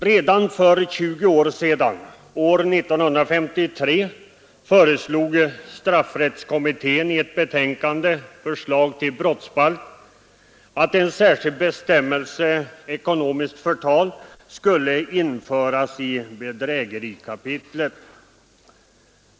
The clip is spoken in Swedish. Redan för 20 år sedan, år 1953, föreslog straffrättskommittén i ett betänkande, Förslag till brottsbalk, att en särskild bestämmelse ”ekonomiskt förtal” skulle införas i bedrägerikapitlet.